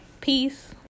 peace